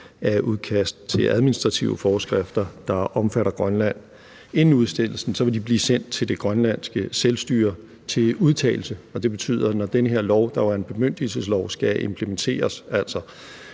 at udkast til administrative forskrifter, der omfatter Grønland, inden udstedelsen ville blive sendt til Grønlands Selvstyre til udtalelse, og det betyder, at når den her lov, der jo er en bemyndigelseslov, skal implementeres